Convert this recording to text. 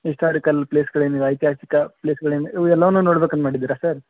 historical ಪ್ಲೇಸ್ಗಳು ಏನಿವೆ ಐತಿಹಾಸಿಕ ಪ್ಲೇಸ್ಗಳೇನು ಇವೆಲ್ಲವೂ ನೋಡ್ಬೇಕಂತ ಮಾಡಿದ್ದೀರಾ ಸರ್